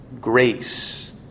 grace